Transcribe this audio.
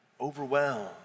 overwhelmed